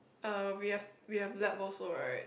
uh we have we have lab also right